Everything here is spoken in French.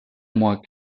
moi